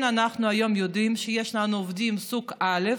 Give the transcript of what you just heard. שגם אמרו לי פה אנשים,